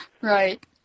Right